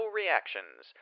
reactions